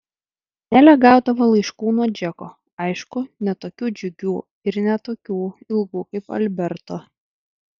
nelė gaudavo laiškų nuo džeko aišku ne tokių džiugių ir ne tokių ilgų kaip alberto